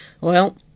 Well